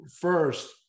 first